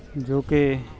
ਜੋ ਕਿ